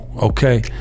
okay